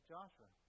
Joshua